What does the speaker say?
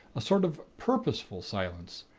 a sort of purposeful silence,